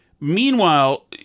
Meanwhile